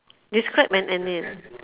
describe an ani~